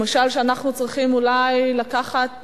למשל, שאולי צריך לקחת